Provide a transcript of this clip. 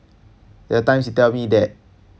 there were times he tell me that